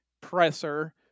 presser